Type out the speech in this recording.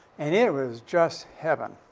and it was just heaven